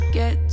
get